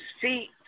feet